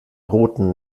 roten